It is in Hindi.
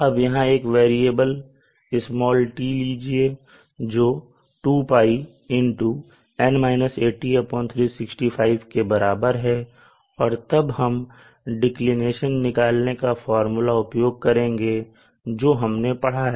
अब यहां एक वेरिएबल "t" लीजिए जो 2ΠN - 80365 के बराबर है और तब हम डिक्लिनेशन निकालने का फार्मूला उपयोग करेंगे जो हमने पढ़ा है